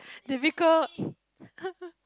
difficult